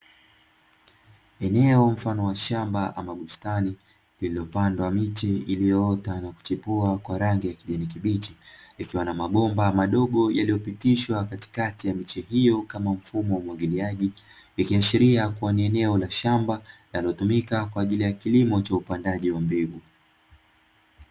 Eneo mfano wa shamba au bustani lililopandwa miche iliyoota na kuchipua kwa rangi ya kijani kibichi, likiwa na mabomba madogo yaliyopitishwa katikati ya miche hiyo kama mfumo wa umwagiliaji, ikiashiria kuwa ni eneo la shamba linatumika kwa ajili ya upandaji wa mbegu.